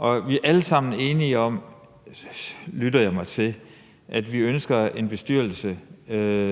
mig til – alle sammen enige om, at vi ønsker en bestyrelse